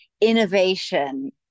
innovation